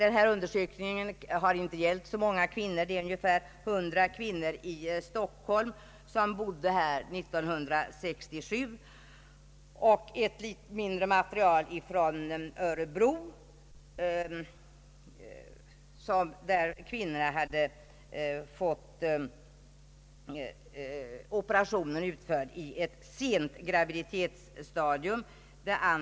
Denna undersökning har inte gällt så många kvinnor — ungefär 100 kvinnor som bodde i Stockholm 1967 och ett mindre antal från Örebro, där kvinnorna hade fått operationen utförd i ett sent graviditetsstadium.